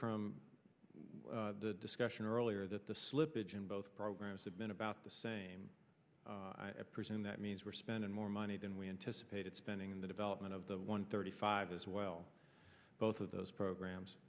from the discussion earlier that the slippage in both programs have been about the same person that means we're spending more money than we anticipated spending the development of the one thirty five as well both of those programs